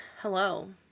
Hello